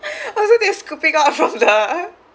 oh so they're scooping out from the